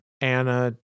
Anna